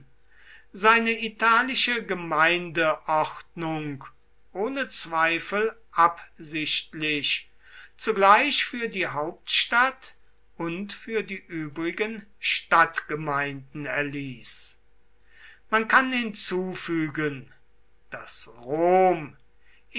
seine italische gemeindeordnung ohne zweifel absichtlich zugleich für die hauptstadt und für die übrigen stadtgemeinden erließ man kann hinzufügen daß rom